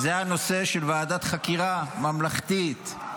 הנושא של ועדת חקירה ממלכתית,